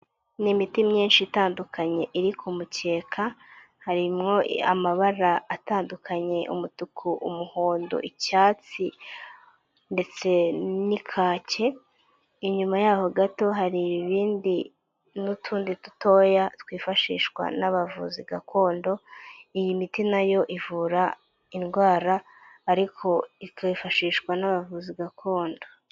Ni imiti myinshi itandukanye iri ku mukeka, harimo amabara atandukanye umutuku, umuhondo, icyatsi ndetse n'ikake. Inyuma yaho gato hari ibindi n'utundi dutoya twifashishwa n'abavuzi gakondo, iyi miti nayo ivura indwara ariko ikifashishwa n'abavuzi gakondo.